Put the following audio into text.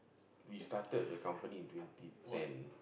we started the company in twenty ten